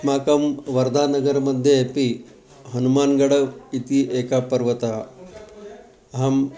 अस्माकं वर्दानगरमध्ये अपि हनुमान् गड् इति एका पर्वतः अहं